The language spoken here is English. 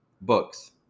books